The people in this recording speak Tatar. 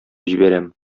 җибәрәм